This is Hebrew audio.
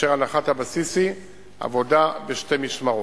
כאשר הנחת הבסיס היא עבודה בשתי משמרות.